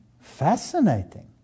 Fascinating